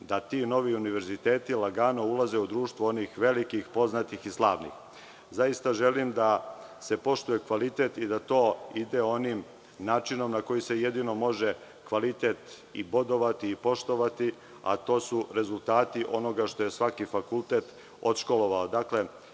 da ti novi univerziteti lagano ulaze u društvo onih velikih poznatih i slavnih. Zaista želim da se poštuje kvalitet i da to ide onim načinom na koji se jedino može kvalitet i bodovati i poštovati, a to su rezultati onoga što je svaki fakultet odškolovao.